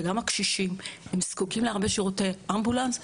וקשישים שזקוקים להרבה שירותי אמבולנס.